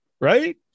right